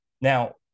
now